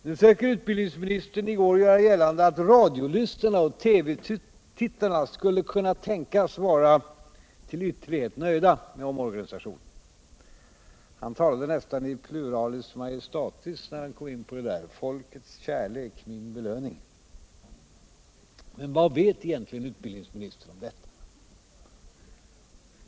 Nu försökte utbildningsministern i gär göra gällande att radiolvssnarna och TV-tiltarna skulle kunna tänkas vara till vuerlighet nöjda med omorgunisavionen. Han talade nästan I pluralis majestatis, när han kom in på det där — Folkets kärlek min belöning. Men vad vet egentligen utbildningsministern om deua?